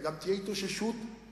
גם אם תהיה התאוששות בארצות-הברית,